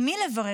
עם מי לברר?